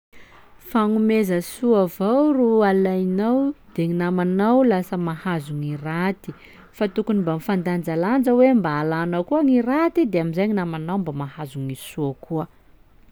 "Fagnomeza soa avao ro alainao de gny namanao lasa mahazo ny raty. Fa tokony mba mifandanjalanja hoe mba alanao koa gny raty de am'izay gny namanao mba mahazo gny soa koa."